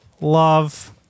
love